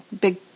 big